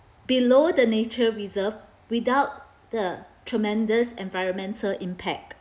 below the nature reserve without the tremendous environmental impact